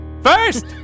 first